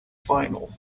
final